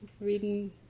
reading